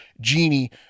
genie